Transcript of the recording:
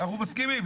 אנחנו מסכימים.